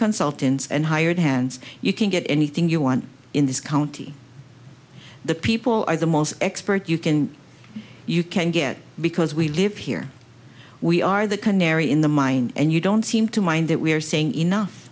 consultants and hired hands you can get anything you want in this county the people are the most expert you can you can get because we live here we are the canary in the mine and you don't seem to mind that we're saying enough